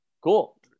cool